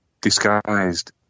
disguised